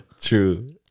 True